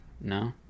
No